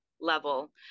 level